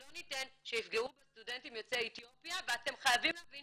אנחנו לא ניתן שיפגעו בסטודנטים יוצאי אתיופיה ואתם חייבים להבין